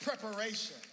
preparation